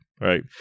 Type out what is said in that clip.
right